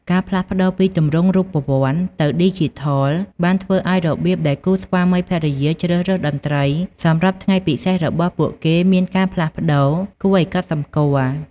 ការផ្លាស់ប្តូរពីទម្រង់រូបវ័ន្តទៅឌីជីថលបានធ្វើឱ្យរបៀបដែលគូស្វាមីភរិយាជ្រើសរើសតន្ត្រីសម្រាប់ថ្ងៃពិសេសរបស់ពួកគេមានការផ្លាស់ប្តូរគួរឱ្យកត់សម្គាល់។